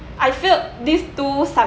I failed these two